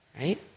Right